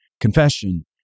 confession